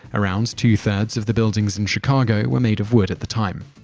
around two-thirds of the buildings in chicago were made of wood at the time.